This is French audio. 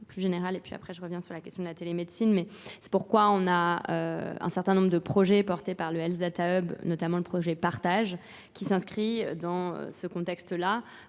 C'est pourquoi on a un certain nombre de projets portés par le Health Data Hub, notamment le projet Partage, qui s'inscrit dans ce contexte-là